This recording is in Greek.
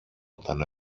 όταν